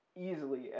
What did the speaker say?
easily